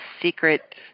secret